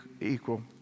equal